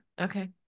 okay